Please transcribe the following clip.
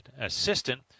assistant